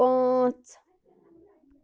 پانٛژھ